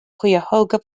cuyahoga